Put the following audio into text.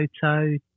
photo